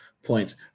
Points